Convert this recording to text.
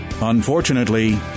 Unfortunately